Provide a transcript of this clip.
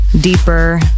deeper